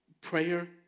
Prayer